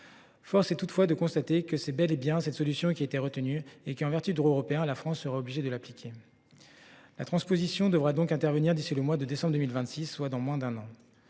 Force est de constater que c’est bel et bien la première solution qui a été retenue et que, en vertu du droit européen, la France sera obligée de l’appliquer. La transposition de la directive devra donc intervenir d’ici au mois de décembre 2026, soit dans moins d’un an.